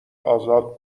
ازاد